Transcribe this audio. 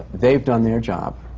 they've done their job.